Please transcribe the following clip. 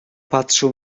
patrzył